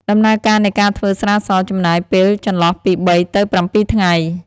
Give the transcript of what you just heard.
ដំណើរការនៃការធ្វើស្រាសចំណាយពេលចន្លោះពី៣ទៅ៧ថ្ងៃ។